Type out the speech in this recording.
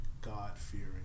God-fearing